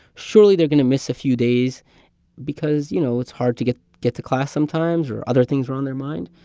surely, they're going to miss a few days because, you know, it's hard to get get to class sometimes or other things are on their mind.